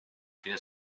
fine